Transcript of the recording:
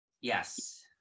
Yes